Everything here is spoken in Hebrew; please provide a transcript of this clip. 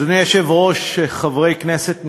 אדוני היושב-ראש, חברי כנסת נכבדים,